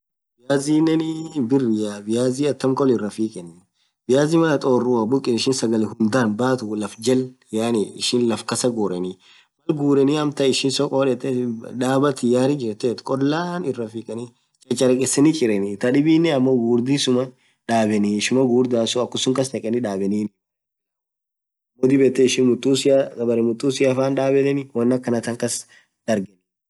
Viazinen birria viazi atam khol irafikheni viazi Mal atin orua bhukifthu ishin sagale hindan bathuu laff jal yaani ishin laff kassa ghureni Mal gureni ishin amtan soko dhatotthi dhaaba tiyari jirthethu koll laan iraa fikheni chacharekeseni chireni thadhibinen amo ghughurdhisuma dhaabeni ushumaa ghughurdha sunn akhusun kasnekheni dhabenini ammo dhib yethee ishin mutusia baree mutusia faan dhabethi wonn akhanathan kas dhargeni